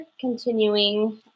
continuing